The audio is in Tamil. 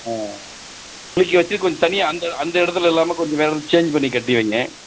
ஆ குளிக்க வைச்சு கொஞ்சம் தனியாக அந்த அந்த இடத்துல இல்லாமல் கொஞ்சம் வேறு இடம் சேஞ்ச் பண்ணி கட்டி வையுங்க